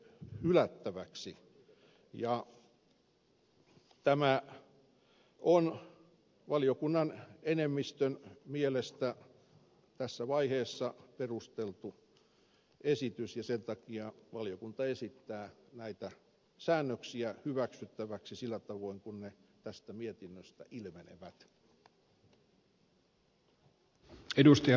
tämä mietintö on valiokunnan enemmistön mielestä tässä vaiheessa perusteltu esitys ja sen takia valiokunta esittää näitä säännöksiä hyväksyttäväksi sillä tavoin kuin ne tästä mietinnöstä ilmenevät